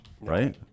right